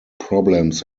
problems